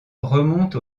remonte